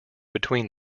between